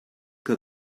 que